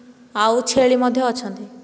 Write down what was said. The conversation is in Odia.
ଆଉ ଛେଳି ମଧ୍ୟ ଅଛନ୍ତି